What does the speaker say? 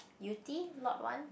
you think Lot One